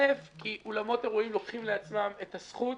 אל"ף, כי אולמות אירועים לוקחים לעצמם את הזכות